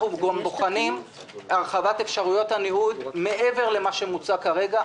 אנחנו בוחנים את הרחבת אפשרויות הניוד מעבר למה שמוצע כרגע.